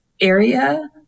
area